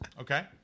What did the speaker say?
Okay